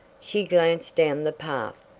she glanced down the path.